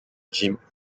jim